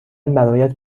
برایت